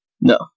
No